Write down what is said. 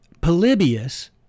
Polybius